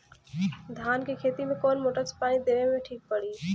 धान के खेती मे कवन मोटर से पानी देवे मे ठीक पड़ी?